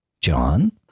John